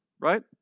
right